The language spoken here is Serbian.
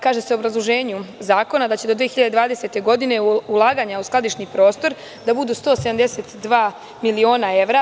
Kaže se u obrazloženju zakona da će do 2020. godine ulaganja u skladišni prostor da budu 172 miliona evra.